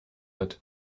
hat